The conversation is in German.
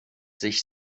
sich